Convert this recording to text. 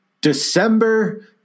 December